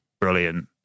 Brilliant